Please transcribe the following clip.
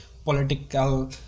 Political